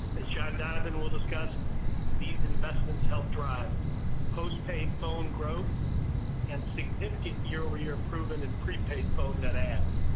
as john donovan will discuss these investments help drive postpaid phone growth and significant year-over-year improvement in prepaid phone net adds,